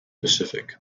pacific